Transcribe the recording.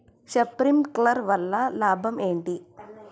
Sprinkler వల్ల లాభం ఏంటి?